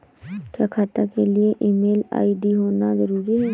क्या खाता के लिए ईमेल आई.डी होना जरूरी है?